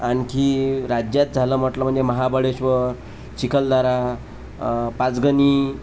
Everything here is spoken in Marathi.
आणखी राज्यात झालं म्हटलं म्हणजे महाबळेश्वर चिखलदरा पाचगणी